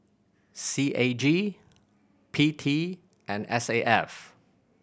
C A G P T and S A F